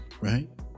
right